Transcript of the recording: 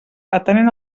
atenent